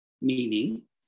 Meaning